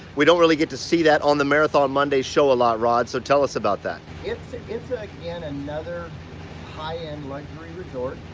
we don't really get to see that on the marathon mondays show a lot, rod, so tell us about that. it's it's ah again, another high-end luxury resort.